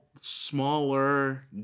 smaller